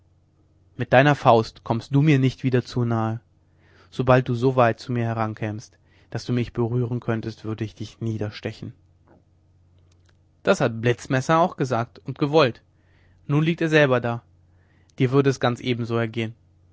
mit deiner faust kommst du mir nicht wieder zu nahe sobald du so weit zu mir herkämst daß du mich berühren könntest würde ich dich niederstechen das hat blitzmesser auch gesagt und gewollt nun liegt er selber da dir würde es ganz ebenso ergehen